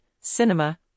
cinema